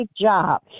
job